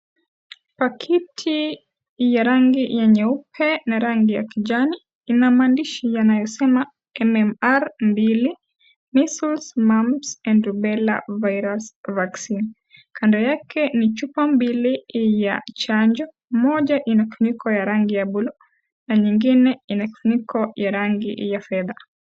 Kwa kiti ya rangi ya nyeupe na rangi ya kijani kuna, kuna maandishi yanayosema, "MMR2, Measles, Mumps and Rubella Virus Vaccine." Kando yake ni chupa mbili ya chanjo, moja ina kifuniko ya rangi ya bluu, na nyingine ina kifuniko ya rangi ya fedha.